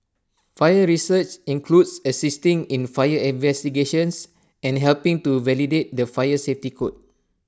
fire research includes assisting in fire investigations and helping to validate the fire safety code